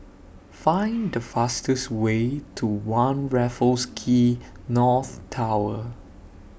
Find The fastest Way to one Raffles Quay North Tower